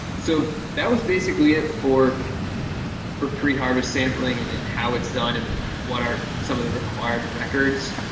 so that was basically it for for pre-harvest sampling and and how it's done and what are some of the required records.